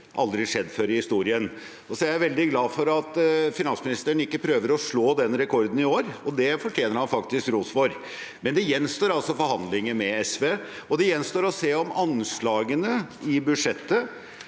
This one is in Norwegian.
aldri skjedd før i historien. Jeg er veldig glad for at finansministeren ikke prøver å slå den rekorden i år, og det fortjener han faktisk ros for, men det gjenstår altså forhandlinger med SV. Det gjenstår også å se om anslagene i budsjettet,